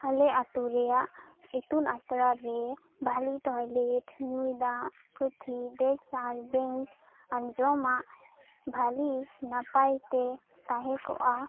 ᱟᱞᱮ ᱟᱛᱩᱨᱮᱭᱟᱜ ᱤᱛᱩᱱ ᱟᱥᱲᱟᱨᱮ ᱵᱷᱟᱹᱞᱤ ᱴᱚᱭᱞᱮᱴ ᱧᱩᱭ ᱫᱟᱜ ᱯᱩᱛᱷᱤ ᱰᱮᱠᱥ ᱟᱨ ᱵᱮᱸᱧᱪ ᱟᱨ ᱡᱚᱢᱟᱜ ᱵᱷᱟᱹᱞᱤ ᱱᱟᱯᱟᱭ ᱛᱮ ᱛᱟᱦᱮᱸ ᱠᱚᱜᱼᱟ